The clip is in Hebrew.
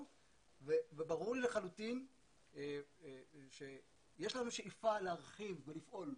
וברור לי לחלוטין שיש לנו שאיפה להרחיב ולפעול,